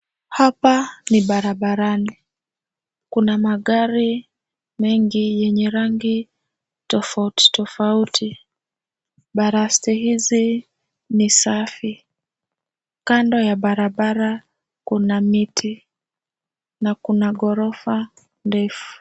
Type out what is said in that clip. Hapa ni barabarani, kuna magari mengi yenye rangi tofauti tofauti. Baraste hizi ni safi. Kando ya barabara kuna miti na kuna gorofa ndefu.